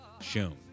shown